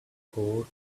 occur